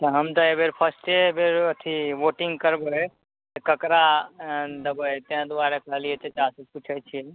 तऽ हम तऽ अइ बेर फस्टे बेर अथी वोटिंग करबय तऽ ककरा देबय तैं दुआरे कहलियै चचासँ पुछय छी